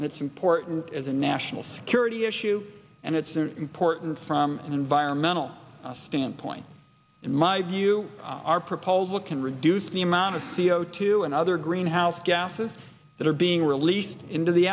and it's important as a national security issue and it's important from an environmental standpoint in my view our proposal can reduce the amount of c o two and other greenhouse gases that are being released into the